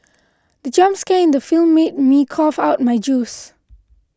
the jump scare in the film made me cough out my juice